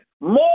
more